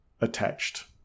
attached